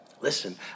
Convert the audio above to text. Listen